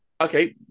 Okay